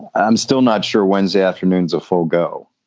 i'm still not sure. wednesday afternoons of fogo,